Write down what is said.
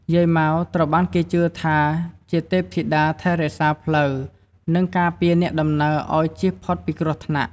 យាយម៉ៅ ត្រូវបានគេជឿថាជា ទេពធីតាថែរក្សាផ្លូវ និងការពារអ្នកដំណើរឱ្យជៀសផុតពីគ្រោះថ្នាក់។